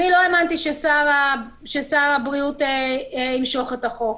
אני לא האמנתי ששר הבריאות ימשוך את החוק,